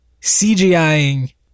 CGIing